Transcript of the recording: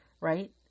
Right